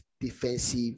defensive